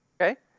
Okay